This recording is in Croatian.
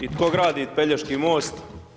I tko gradi Pelješki most?